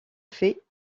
fait